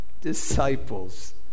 disciples